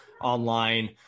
online